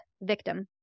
Victim